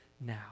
now